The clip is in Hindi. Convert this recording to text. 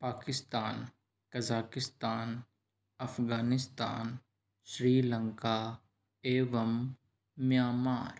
पाकिस्तान कज़ाकिस्तान अफ़ग़ानिस्तान श्रीलंका एवं म्यांमार